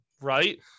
right